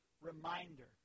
reminder